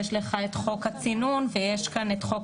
יש לך את חוק הצינון ויש כאן את חוק